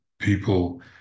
people